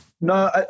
No